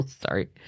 Sorry